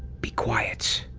be quiet!